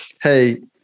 Hey